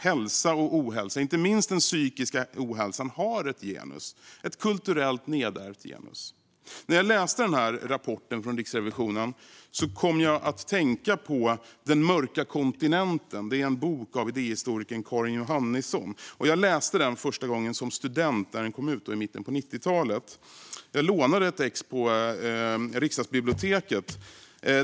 Hälsa och ohälsa, inte minst den psykiska ohälsan, har ett genus - ett kulturellt nedärvt genus. När jag läste Riksrevisionens rapport kom jag att tänka på Den mörka kontinenten , en bok av idéhistorikern Karin Johannisson. Jag läste den första gången som student när den kom ut i mitten av 1990-talet. Jag lånade ett exemplar av Riksdagsbiblioteket.